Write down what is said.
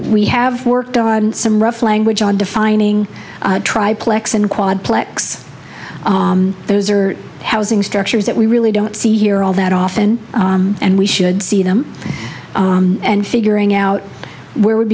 we have worked on some rough language on defining try plex and quad plex those are housing structures that we really don't see here all that often and we should see them and figuring out where would